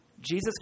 Jesus